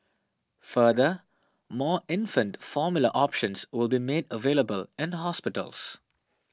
further more infant formula options will be made available in hospitals